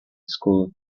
school